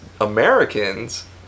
Americans